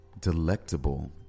delectable